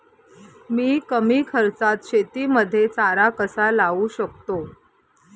मी कमी खर्चात शेतीमध्ये चारा कसा लावू शकतो?